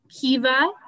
Kiva